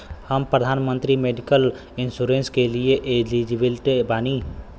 हम प्रधानमंत्री medical insurance के लिए एलिजिबल बानी?